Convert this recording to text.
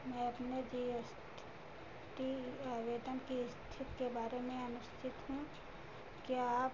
मैं अपने G S T आवेदन की स्थिति के बारे में अनिश्चित हूँ क्या आप